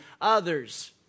others